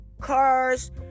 cars